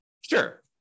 Sure